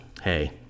hey